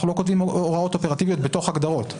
אנחנו לא כותבים הוראות אופרטיביות בתוך הגדרות.